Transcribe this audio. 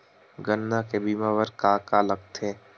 गन्ना के बीमा बर का का लगथे?